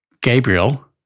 Gabriel